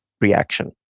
reaction